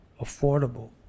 affordable